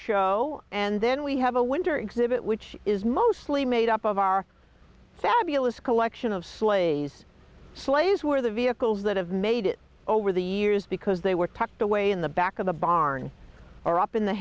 show and then we have a winter exhibit which is mostly made up of our fabulous collection of slaves slaves where the vehicles that have made it over the years because they were tucked away in the back of the barn or up in the